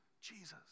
Jesus